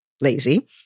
lazy